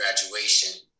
graduation